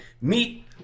meet